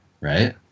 right